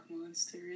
monster